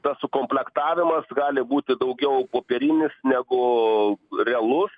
tas sukomplektavimas gali būti daugiau popierinis negu realus